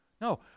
No